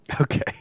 okay